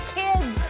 kids